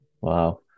Wow